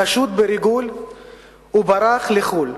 חשוד בריגול וברח לחו"ל,